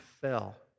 fell